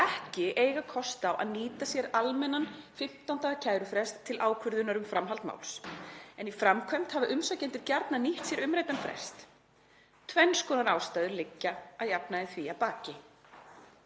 ekki eiga kost á að nýta sér almennan 15 daga kærufrest til ákvörðunar um framhald máls, en í framkvæmd hafa umsækjendur gjarnan nýtt sér umræddan frest. Tvenns konar ástæður liggja að jafnaði því að baki.